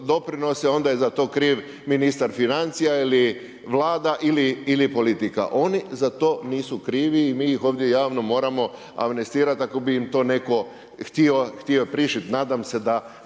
doprinose onda je za to kriv ministar financija ili Vlada ili politika. Oni za to nisu krivi i mi ih ovdje javno moramo amnestirati ako bi im to neko htio prišit. Nadam se da